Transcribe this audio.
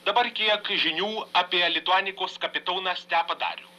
dabar kiek žinių apie lituanikos kapitoną stepą darių